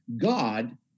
God